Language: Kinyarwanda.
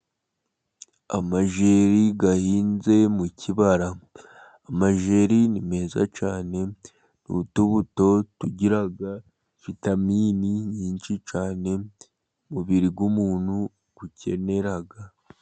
Amajeri ahinze mu kibara. Amajeri ni meza cyane, ni utubuto tugira vitamini nyinshi cyane umubiri w’umuntu ukenera.